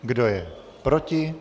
Kdo je proti?